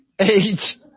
Age